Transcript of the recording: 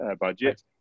budget